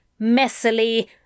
messily